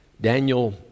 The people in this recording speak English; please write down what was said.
Daniel